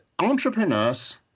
Entrepreneurs